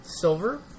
Silver